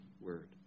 word